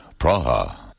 Praha